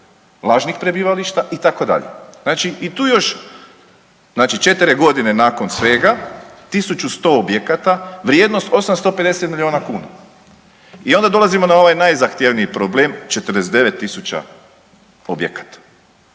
lažnih prebivališta itd. Znači i tu još, znači četiri godine nakon svega 1100 objekata vrijednost 850 milijuna kuna. I onda dolazimo na ovaj najzahtjevniji problem 49000 objekata.